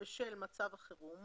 בשל מצב החירום